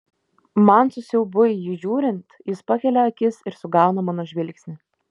man su siaubui į jį žiūrint jis pakelia akis ir sugauna mano žvilgsnį